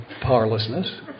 powerlessness